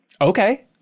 okay